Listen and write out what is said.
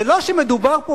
זה לא שמדובר פה,